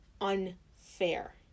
unfair